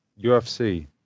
UFC